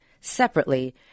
separately